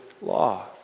law